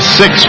six